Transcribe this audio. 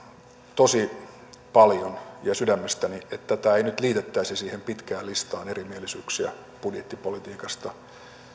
tosi paljon ja sydämestäni että tätä ei nyt liitettäisi siihen pitkään listaan erimielisyyksiä budjettipolitiikasta